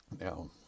Now